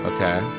Okay